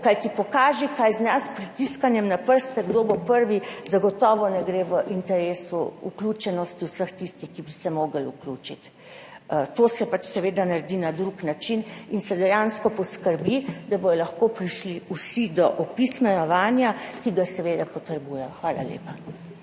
kajti pokaži, kaj znaš, s pritiskanjem na prste, kdo bo prvi, zagotovo ni v interesu vključenosti vseh tistih, ki bi se morali vključiti. To se pač seveda naredi na drug način in se dejansko poskrbi, da bodo lahko prišli do opismenjevanja vsi, ki ga seveda potrebujejo. Hvala lepa.